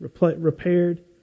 repaired